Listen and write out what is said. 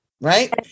Right